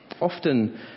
Often